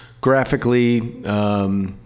graphically